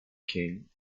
king